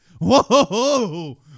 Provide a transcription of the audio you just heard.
Whoa